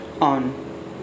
on